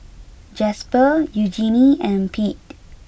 Jasper Eugenie and Pete